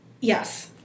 Yes